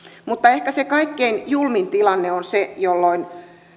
mutta ehkä se kaikkein julmin tilanne on se jolloin